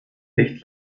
dich